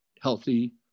healthy